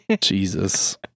Jesus